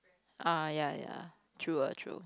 ah ya ya true ah true